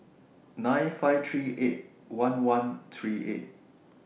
nine five three eight one one three eight